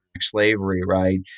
slavery—right